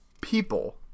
people